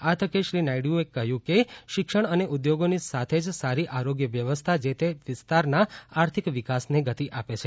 આ તકે શ્રી નાયડુએ કહ્યું કે શિક્ષણ અને ઉદ્યોગોની સાથે જ સારી આરોગ્ય વ્યવસ્થા જે તે વિસ્તારના આર્થિક વિકાસને ગતિ આપે છે